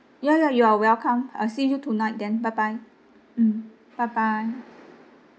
ya ya you are welcome I'll see you tonight then bye bye mm bye bye